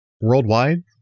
Worldwide